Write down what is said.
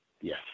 Yes